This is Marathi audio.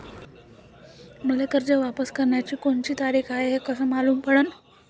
मले कर्ज वापस कराची कोनची तारीख हाय हे कस मालूम पडनं?